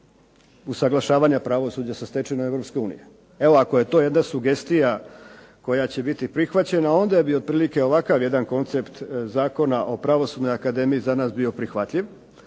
usuglašavanja pravosuđa sa stečevinama Europske unije. Evo, ako je to jedna sugestija koja će biti prihvaćena, onda bi otprilike ovakav jedan koncept Zakona o Pravosudnoj akademiji za nas bio prihvatljiv,